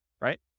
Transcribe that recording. right